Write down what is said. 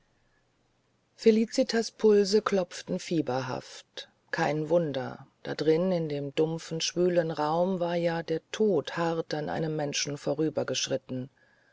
felicitas pulse klopften fieberhaft kein wunder da drin in dem dumpfen schwülen raum war ja der tod hart an einem menschen